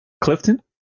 Clifton